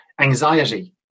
anxiety